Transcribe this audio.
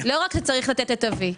לא רק כשצריך לתת את ה"וי",